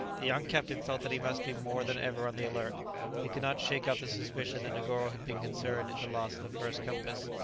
the young captain felt that he must be more than ever on the alert he could not shake off the suspicion that negoro had been concerned in the loss of the first compass,